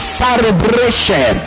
celebration